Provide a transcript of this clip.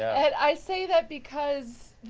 i say that because,